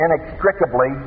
inextricably